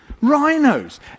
rhinos